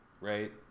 right